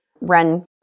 run